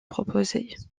proposées